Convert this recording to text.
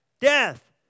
death